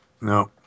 No